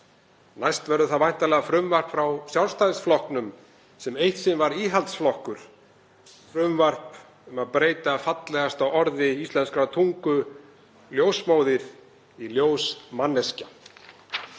Næst verður það væntanlega frumvarp frá Sjálfstæðisflokknum, sem eitt sinn var íhaldsflokkur, um að breyta fallegasta orði íslenskrar tungu, ljósmóðir, í ljósmanneskja.